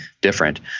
different